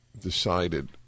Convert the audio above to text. decided